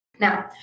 Now